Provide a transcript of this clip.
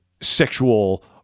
sexual